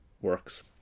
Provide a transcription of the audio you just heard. works